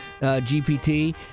GPT